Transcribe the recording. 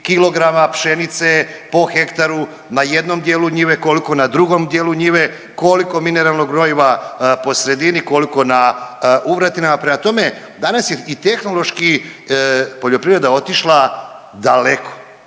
kilograma pšenice po hektaru na jednom dijelu njive, koliko na drugom dijelu njive, koliko mineralnog gnojiva po sredini, koliko na uvratinama. Prema tome, danas je i tehnološki poljoprivreda otišla daleko